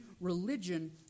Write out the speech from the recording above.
religion